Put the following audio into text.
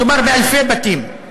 מדובר באלפי בתים: